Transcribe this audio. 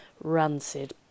rancid